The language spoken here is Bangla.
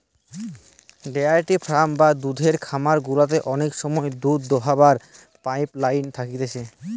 ডেয়ারি ফার্ম বা দুধের খামার গুলাতে অনেক সময় দুধ দোহাবার পাইপ লাইন থাকতিছে